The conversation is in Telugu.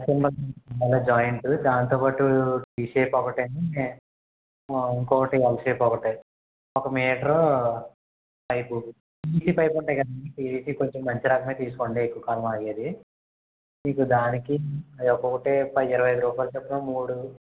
సరే మళ్ళా జాయింటు దానితో పాటు వీ షేప్ ఒకటీని ఇంకొకటి ఎల్ షేప్ ఒకటి ఒక మీటరు పైపు పీవీపీ పైప్ ఉంటాయి కదండి పీవీపీ ఇవి అంటే కొంచెం మంచి రకమే తీసుకోండి అంటే ఎక్కువ కాలం ఆగేది మీకు దానికి అయి ఒక్కోటి పది ఇరవై ఐదు రూపాయలు చొప్పున మూడు